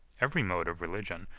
every mode of religion,